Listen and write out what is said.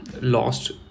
lost